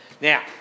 Now